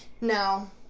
no